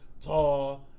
tall